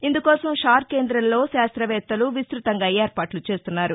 ఇందుకోసం షార్ కేంద్రంలో శాస్త్రవేత్తలు విస్తృతంగా ఏర్పాట్లు చేస్తున్నారు